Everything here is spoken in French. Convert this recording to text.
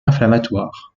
inflammatoires